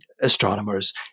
astronomers